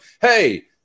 hey